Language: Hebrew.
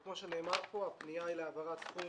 כמו שנאמר פה, הפנייה היא להעברת סכום